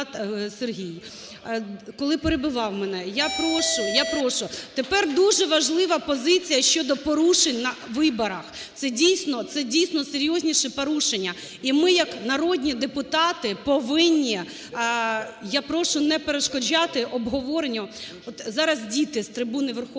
коли перебивав мене. Я прошу… я прошу. Тепер дуже важлива позиція щодо порушень на виборах. Це, дійсно, серйозніші порушення. І ми як народні депутати повинні… Я прошу не перешкоджати обговоренню. Зараз діти з трибуни Верховної Ради